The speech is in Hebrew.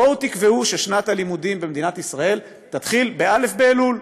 בואו תקבעו ששנת הלימודים במדינת ישראל תתחיל בא' באלול.